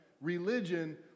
religion